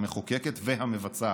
המחוקקת והמבצעת,